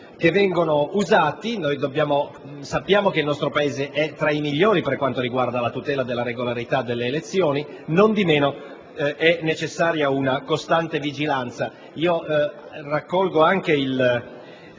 sistemi usati. Sappiamo che il nostro Paese è tra i migliori per quanto riguarda la tutela della regolarità delle elezioni. In ogni caso, è necessaria una costante vigilanza. Raccolgo anche